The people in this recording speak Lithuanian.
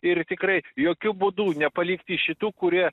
ir tikrai jokiu būdu nepalikti šitų kurie